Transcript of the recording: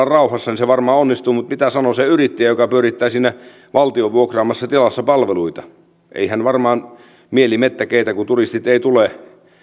rauhassa niin se varmaan onnistuu mutta mitä sanoo se yrittäjä joka pyörittää siinä valtion vuokraamassa tilassa palveluita eihän varmaan mieli mettä keitä kun turistit eivät tule